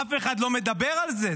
אף אחד לא מדבר על זה.